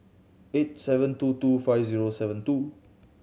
eight seven two two five zero seven two